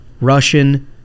Russian